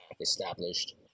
established